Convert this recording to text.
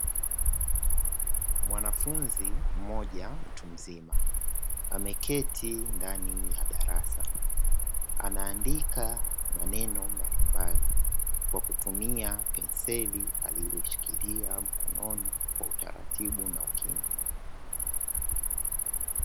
Mwanafunzi mmoja mtu mzima ameketi ndani ya darasa, anaandika maneno mbalimbali kwa kutumia penseli aliyoishikilia mkononi kwa utaratibu na ukimya.